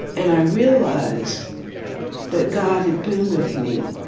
and i realized that god had been with me,